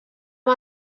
amb